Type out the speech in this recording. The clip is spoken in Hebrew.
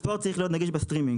הספורט צריך להיות נגיש בסטרימינג.